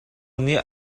nih